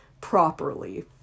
properly